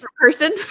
person